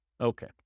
Okay